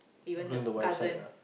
even the cousin